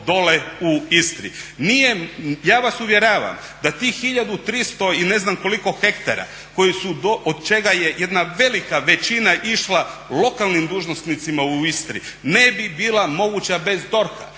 Ja vas uvjeravam da tih 1300 i ne znam koliko hektara od čega je jedna velika većina išla lokalnim dužnosnicima u Istri, ne bi bila moguća bez DORH-a.